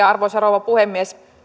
arvoisa rouva puhemies